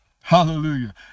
Hallelujah